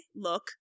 look